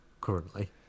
currently